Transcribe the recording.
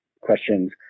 questions